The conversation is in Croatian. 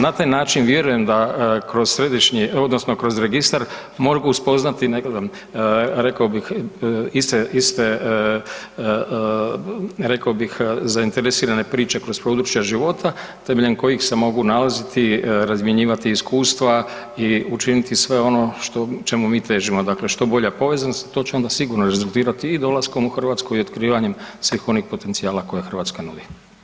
Na taj način vjerujem da kroz središnji, odnosno kroz Registar mogu spoznati ... rekao bih iste, rekao bih, zainteresirane priče kroz područja života temeljem kojih se mogu nalaziti, razmjenjivati iskustva i učiniti sve ono što, čemu mi težimo, dakle, što bolja povezanosti i to će onda sigurno rezultirati i dolaskom u Hrvatsku i otkrivanjem svih onih potencijala koje Hrvatska nudi.